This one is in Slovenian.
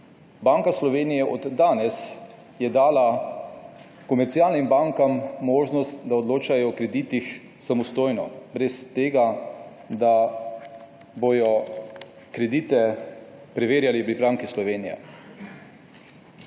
Banka Slovenije je danes dala komercialnim bankam možnost, da odločajo o kreditih samostojno, brez da bodo kredite preverjali pri Banki Slovenije.